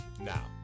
now